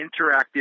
interactive